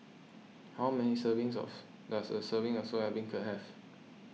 how many servings of does a serving of Soya Beancurd have